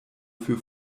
für